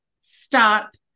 Stop